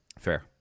Fair